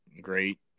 great